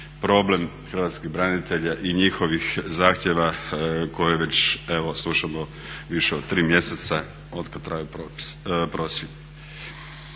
problem Hrvatskih branitelja i njihovih zahtjeva koje evo već slušamo više od 3 mjeseca od kad traje prosvjed.